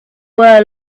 were